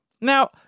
Now